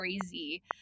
crazy